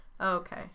Okay